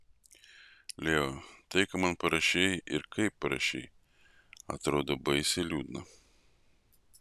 leo tai ką man parašei ir kaip parašei atrodo baisiai liūdna